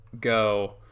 go